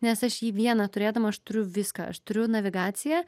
nes aš jį vieną turėdama aš turiu viską aš turiu navigaciją